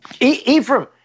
Ephraim